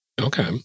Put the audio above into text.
Okay